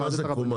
תסביר מה זה קומה.